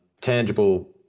tangible